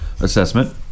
assessment